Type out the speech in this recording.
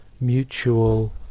mutual